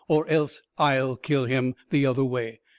or else i ll kill him the other way.